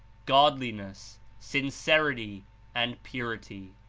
godliness, sincerity and purity.